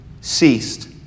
ceased